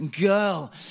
girl